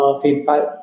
feedback